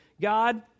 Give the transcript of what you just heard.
God